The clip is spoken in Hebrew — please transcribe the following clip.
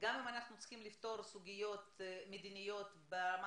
וגם אם אנחנו צריכים לפתור סוגיות מדיניות ברמה